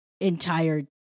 entire